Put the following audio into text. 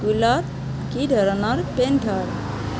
স্কুলত কি ধৰণৰ পেণ্ট হয়